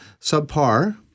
subpar